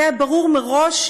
זה היה ברור מראש,